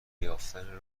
یافتن